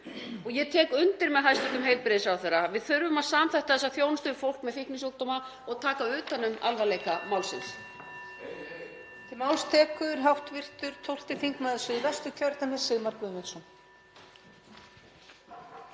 Og ég tek undir með hæstv. heilbrigðisráðherra: Við þurfum að samþætta þessa þjónustu við fólk með fíknisjúkdóma og taka utan um alvarleika málsins.